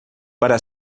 para